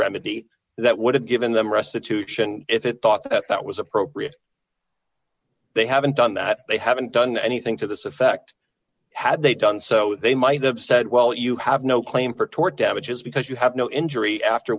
remedy that would have given them restitution if it thought that that was appropriate they haven't done that they haven't done anything to this effect had they done so they might have said well you have no claim for tort damages because you have no injury after